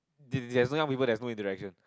if there's no young people there's no interaction